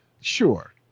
sure